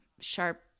sharp